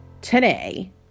today